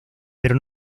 pero